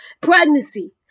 Pregnancy